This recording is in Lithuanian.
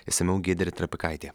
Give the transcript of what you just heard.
išsamiau giedrė trapikaitė